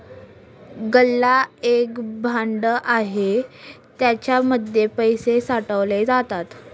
गल्ला एक भांड आहे ज्याच्या मध्ये पैसे साठवले जातात